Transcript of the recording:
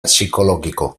psikologiko